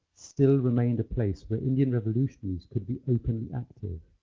still remained a place where indian revolutionaries could be openly active,